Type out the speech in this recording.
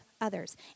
others